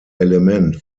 element